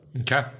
Okay